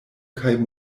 kaj